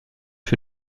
für